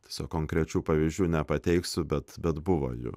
tiesiog konkrečių pavyzdžių nepateiksiu bet bet buvo jų